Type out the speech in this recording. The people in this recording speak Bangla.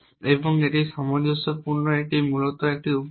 এবং এটি সামঞ্জস্যপূর্ণ এটি মূলত একটি সমাধান